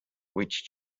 which